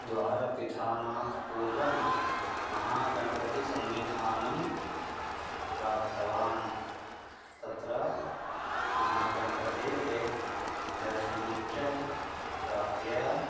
द्वारपिधानात् पूर्वं महागणपतिसन्निधानं प्राप्तवान् तत्र महागणपतेः दर्शनं च प्राप्य